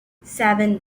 seven